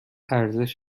ارزش